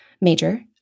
major